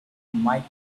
might